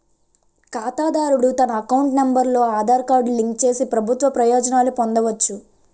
ఖాతాదారుడు తన account number తో ఆధార్ కార్డు లింక్ చేసి ప్రభుత్వ ప్రయోజనాలు పొందవచ్చు